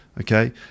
Okay